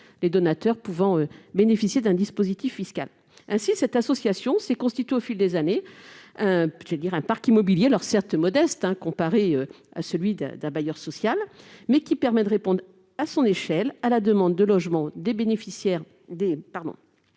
les donateurs pouvant bénéficier d'une réduction fiscale. Ainsi, cette association s'est constituée au fil des années un parc immobilier, certes modeste comparé à celui d'un bailleur social, mais qui lui permet de répondre, à son échelle, à la demande de logement des sans-abri d'un